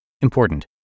Important